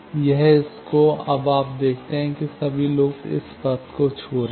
यह इसको अब आप देखते हैं कि सभी लूप इस पथ को छू रहे हैं